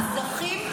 ראשונה.